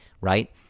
Right